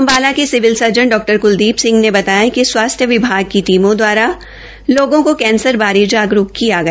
अम्बाला के civil surgeon डॉ क्लदीप सिंह ने बताया कि स्वास्थ्य विभाग की टीमों द्वारा लोगों को कैंसर बारे जागरूक् किया गया